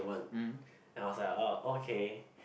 want and I was like uh okay